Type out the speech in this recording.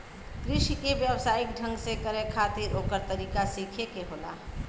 कृषि के व्यवसायिक ढंग से करे खातिर ओकर तरीका सीखे के होला